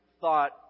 thought